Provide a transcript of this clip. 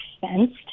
fenced